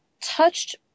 touched